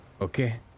okay